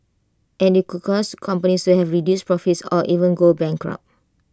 and IT could cause companies to have reduced profits or even go bankrupt